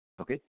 Okay